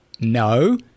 No